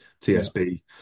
tsb